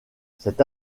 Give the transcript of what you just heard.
cette